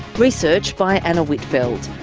research by anna whitfeld,